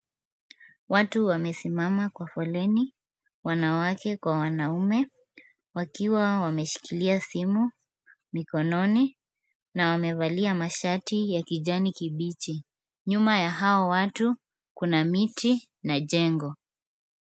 Watu wamesimama kwa foleni, wanawake kwa wanaume, wakiwa wameshikilia simu mikononi, na wamevalia mashati ya kijani kibichi. Nyuma ya hao watu kuna miti na jengo.